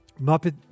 Muppet